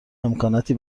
امکاناتی